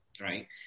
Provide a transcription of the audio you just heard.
right